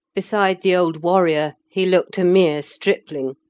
beside the old warrior he looked a mere stripling.